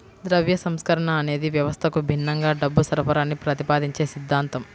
ద్రవ్య సంస్కరణ అనేది వ్యవస్థకు భిన్నంగా డబ్బు సరఫరాని ప్రతిపాదించే సిద్ధాంతం